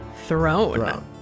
Throne